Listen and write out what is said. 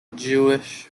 jewish